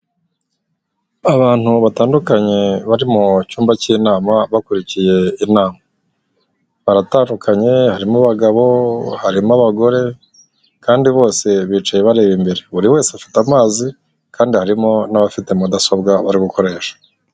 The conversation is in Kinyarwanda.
Abantu batandukanye bari mu cyumba cy'inama bakurikiye inama. Baratandukanye harimo abagabo, harimo abagore, kandi bose bicaye bareba imbere, buri wese afite amazi kandi harimo n'abafite mudasobwa bari gukoresha.